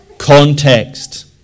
Context